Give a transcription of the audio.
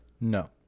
No